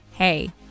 Hey